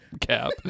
Cap